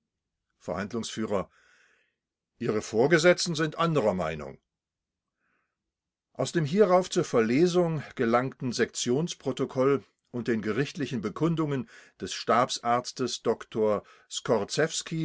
verhandlungsf ihre vorgesetzten sind anderer meinung aus dem hierauf zur verlesung gelangten sektionsprotokoll und den gerichtlichen bekundungen des stabsarztes